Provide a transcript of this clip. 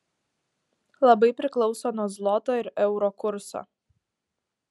labai priklauso nuo zloto ir euro kurso